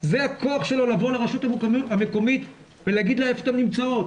זה הכוח שלו לבוא לרשות המקומית ולהגיד איפה נמצאות